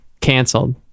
canceled